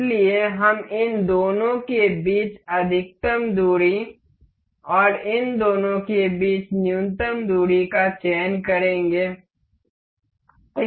इसलिए हम इन दोनों के बीच अधिकतम दूरी और इन दोनों के बीच न्यूनतम दूरी का चयन करेंगे